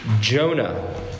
Jonah